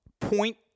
point –